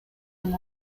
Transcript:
con